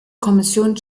kommission